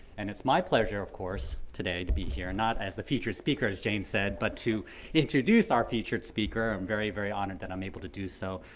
and it's my pleasure, of course, today to be here, not as the feature speaker as jane said, but to introduce our featured speaker. i'm very, very honored that i'm able to do so,